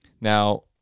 Now